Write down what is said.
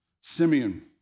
Simeon